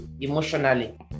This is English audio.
emotionally